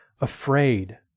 afraid